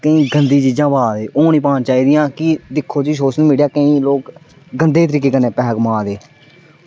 कोई गंदी चीज़ां पा दे ओह् निं पानी चाही दियां कि दिक्खो जी सोशल मीडिया केईं लोग गंदे तरीके कन्नै पैसा कमा दे